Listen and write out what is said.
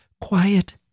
quiet